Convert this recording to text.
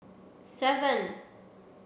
seven